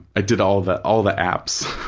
i did all the all the apps,